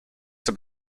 have